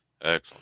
Excellent